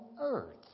earth